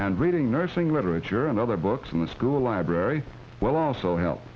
and reading nursing literature and other books in the school library will also help